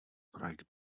projekt